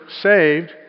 saved